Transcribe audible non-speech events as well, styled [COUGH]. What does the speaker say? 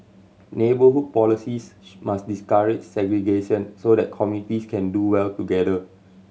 neighbourhood policies [UNINTELLIGIBLE] must discourage segregation so that communities can do well together